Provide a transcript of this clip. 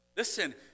Listen